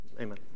Amen